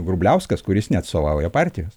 grubliauskas kuris neatstovauja partijos